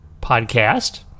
podcast